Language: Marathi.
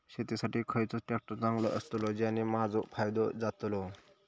शेती साठी खयचो ट्रॅक्टर चांगलो अस्तलो ज्याने माजो फायदो जातलो?